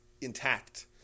intact